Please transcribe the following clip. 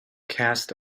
cast